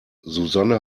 susanne